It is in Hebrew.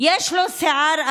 נא לסיים.